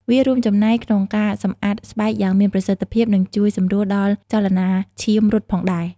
វារួមចំណែកក្នុងការសម្អាតស្បែកយ៉ាងមានប្រសិទ្ធភាពនិងជួយសម្រួលដល់ចលនាឈាមរត់ផងដែរ។